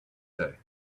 day